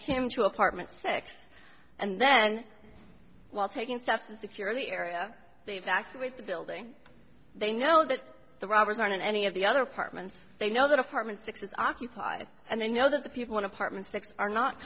him to apartment six and then while taking steps to secure the area they evacuate the building they know that the robbers aren't in any of the other apartments they know that apartment six is occupied and they know that the people in apartment six are not